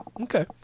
Okay